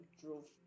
drove